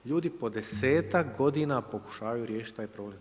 Ljudi po 10-ak godina pokušavaju riješiti taj problem.